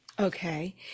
Okay